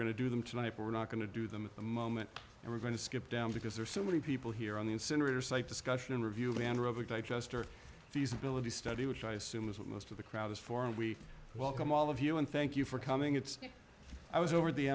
going to do them tonight we're not going to do them at the moment and we're going to skip down because there are so many people here on the incinerator site discussion and review landrover digester feasibility study which i assume is what most of the crowd is for and we welcome all of you and thank you for coming it's i was over the